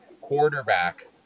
quarterback